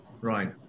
Right